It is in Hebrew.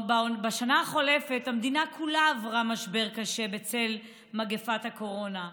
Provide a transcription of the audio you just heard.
בשנה החולפת המדינה כולה עברה משבר קשה בצל מגפת הקורונה.